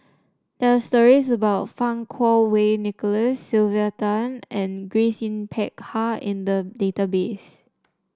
there are stories about Fang Kuo Wei Nicholas Sylvia Tan and Grace Yin Peck Ha in the database